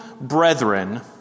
brethren